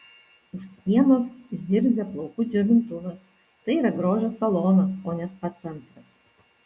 už sienos zirzia plaukų džiovintuvas tai yra grožio salonas o ne spa centras